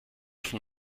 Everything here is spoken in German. von